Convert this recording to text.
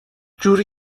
جوری